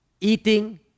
eating